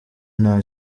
nta